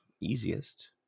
easiest